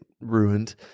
ruined